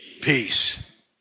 peace